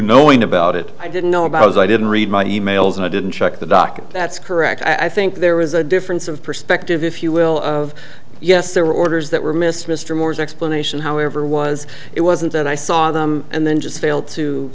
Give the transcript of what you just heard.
knowing about it i didn't know about as i didn't read my emails and i didn't check the docket that's correct i think there was a difference of perspective if you will of yes there were orders that were missed mr moore's explanation however was it wasn't that i saw them and then just failed to